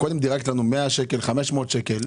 קודם דיברת על 100 שקלים, על 500 שקלים.